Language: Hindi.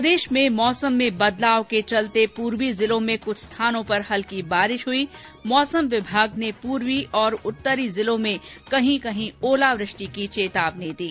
प्रदेश में मौसम में बदलाव के चलते पूर्वी जिलों में कुछ स्थानों पर हल्की बारिश हुई मौसम विभाग ने पूर्वी और जत्तीर जिलों में कहीं कईं ओलावृष्टि की चेतावनी दी